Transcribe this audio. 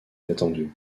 inattendue